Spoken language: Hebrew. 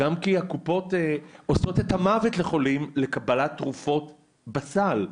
כי הקופות עושות את המוות לחולים לקבלת תרופות שהן בסל.